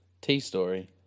T-Story